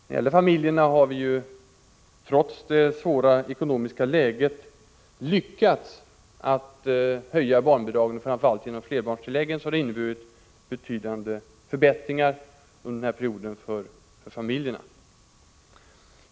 Vad familjerna beträffar har vi ju, trots det svåra ekonomiska läget, lyckats höja barnbidragen, och framför allt flerbarnstilläggen har inneburit betydande förbättringar för familjerna under den gångna perioden.